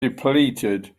depleted